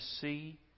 see